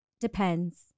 Depends